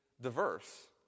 diverse